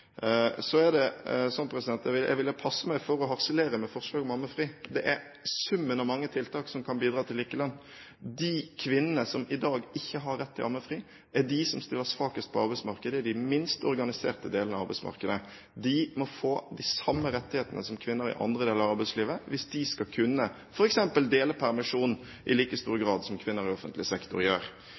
Så er det slik at jeg ville passe meg for å harselere med forslaget om ammefri. Det er summen av mange tiltak som kan bidra til likelønn. De kvinnene som i dag ikke har rett til ammefri, er de som stiller svakest på arbeidsmarkedet og er i den minst organiserte delen av arbeidsmarkedet. De må få de samme rettighetene som kvinner i andre deler av arbeidslivet, hvis de skal kunne f.eks. dele permisjonen i like stor grad som kvinner i offentlig sektor gjør.